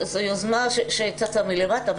זו יוזמה שצצה מלמטה,